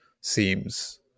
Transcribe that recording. seems